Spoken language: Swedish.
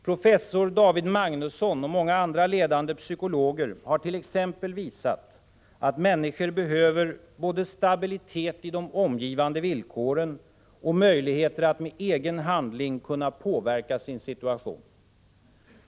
Professor David Magnusson och många andra ledande psykologer har t.ex. visat att människor behöver både stabilitet i de omgivande villkoren och möjligheter att med egen handling kunna påverka sin situation.